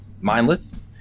mindless